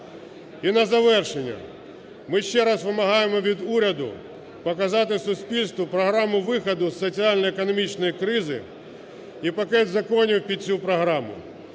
І на завершення. Ми ще раз вимагаємо від уряду показати суспільству програму виходу із соціально-економічної кризи і пакет законів під цю програму.